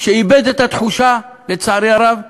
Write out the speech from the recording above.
שאיבד את התחושה, לצערי הרב,